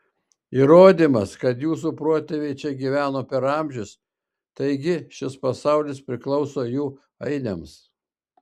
įrodymas kad jūsų protėviai čia gyveno per amžius taigi šis pasaulis priklauso jų ainiams